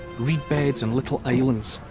reed beds and little islands.